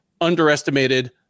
underestimated